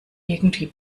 irgendwie